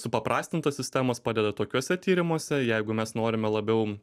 supaprastintos sistemos padeda tokiuose tyrimuose jeigu mes norime labiau